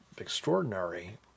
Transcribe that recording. extraordinary